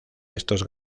estos